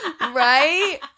Right